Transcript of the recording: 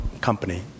Company